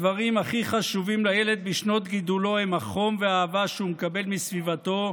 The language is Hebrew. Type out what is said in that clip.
הדברים הכי חשובים לילד בשנות גידולו הם החום והאהבה שהוא מקבל מסביבתו,